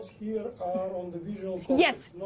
here are on the visual yes.